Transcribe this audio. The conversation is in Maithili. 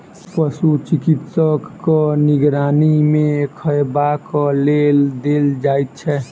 पशु चिकित्सकक निगरानी मे खयबाक लेल देल जाइत छै